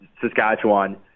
Saskatchewan